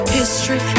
History